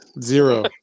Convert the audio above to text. zero